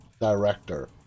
director